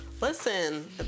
listen